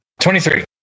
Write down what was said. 23